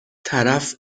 طرف